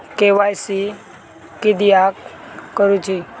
KYC किदयाक करूची?